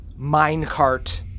minecart